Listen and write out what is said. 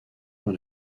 par